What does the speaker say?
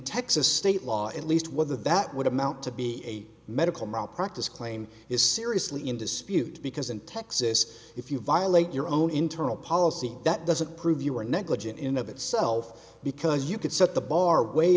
texas state law at least whether that would amount to be a medical malpractise claim is seriously in dispute because in texas if you violate your own internal policy that doesn't prove you were negligent in of itself because you could set the bar way